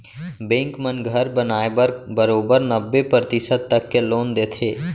bank मन घर बनाए बर बरोबर नब्बे परतिसत तक के लोन देथे